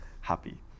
happy